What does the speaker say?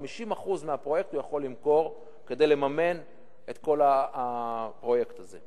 50% מהפרויקט הוא יכול למכור כדי לממן את כל הפרויקט הזה.